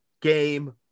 game